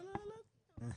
לא, לא.